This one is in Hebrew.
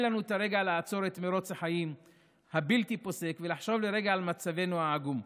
לנו רגע לעצור את מרוץ החיים הבלתי-פוסק ולחשוב לרגע על מצבנו העגום.